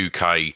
UK